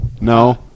No